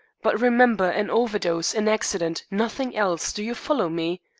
but remember. an over-dose. an accident. nothing else. do you follow me?